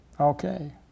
Okay